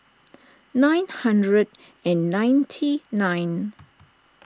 nine hundred and ninety nine